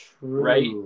right